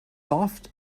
soft